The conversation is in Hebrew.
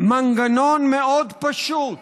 מנגנון מאוד פשוט,